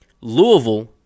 Louisville